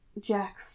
Jack